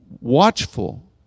watchful